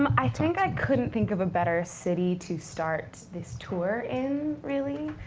um i think i couldn't think of a better city to start this tour in, really.